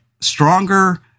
stronger